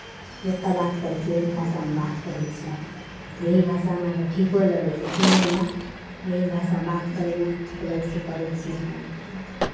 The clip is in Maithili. जतय बात करै छियै यही भाषामे बात करै छियै यही भाषा हमरा अरके ठीको लगै छै सुनयमे यही भाषा बात करयमे ठीक लगै छै करै छियै